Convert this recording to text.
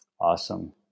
Awesome